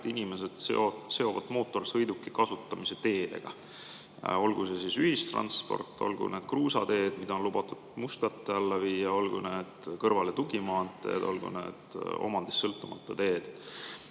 inimesed mootorsõiduki kasutamise teedega, olgu see siis ühistransport, olgu need kruusateed, mida on lubatud mustkatte alla viia, olgu need kõrval‑ ja tugimaanteed, olgu need omandist sõltumata teed.